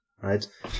right